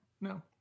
No